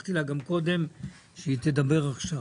הבטחתי לה קודם שהיא תדבר עכשיו.